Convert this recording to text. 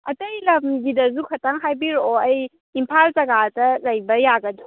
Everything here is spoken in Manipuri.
ꯑꯇꯩ ꯂꯝꯒꯤꯗꯁꯨ ꯈꯇꯪ ꯍꯥꯏꯕꯤꯔꯛꯑꯣ ꯑꯩ ꯏꯝꯐꯥꯜ ꯖꯒꯥꯗ ꯂꯩꯕ